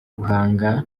guhanga